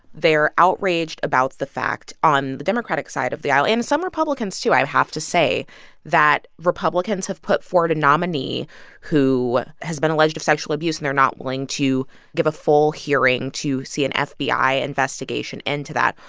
they're outraged about the fact on the democratic side of the aisle and some republicans, too, i have to say that republicans have put forward a nominee who has been alleged of sexual abuse. and they're not willing to give a full hearing to see an fbi investigation into that.